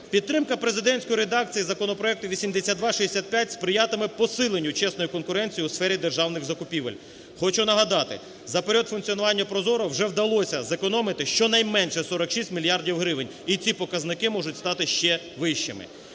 Підтримка президентської редакції законопроекту 8265 сприятиме посиленню чесної конкуренції у сфері державних закупівель. Хочу нагадати, за період функціонування ProZorro вже вдалося зекономити щонайменше 46 мільярдів гривень і ці показники можуть стати ще вищими.